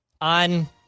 on